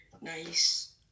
Nice